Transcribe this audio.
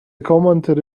commentary